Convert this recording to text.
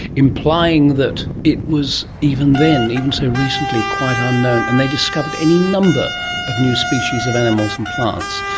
implying that it was, even then, even so recently, quite unknown, and they discovered any number of new species of animals and plants.